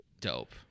Dope